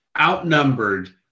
outnumbered